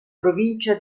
provincia